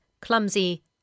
clumsy